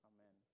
Amen